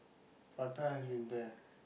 prata has been there